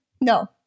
No